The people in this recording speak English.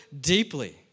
deeply